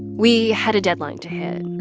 we had a deadline to hit,